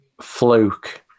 fluke